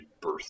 birth